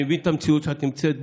אני מבין את המציאות שבה את נמצאת.